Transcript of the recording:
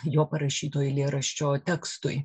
jo parašyto eilėraščio tekstui